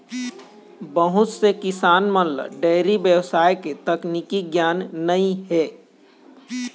बहुत से किसान मन ल डेयरी बेवसाय के तकनीकी गियान नइ हे